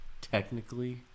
Technically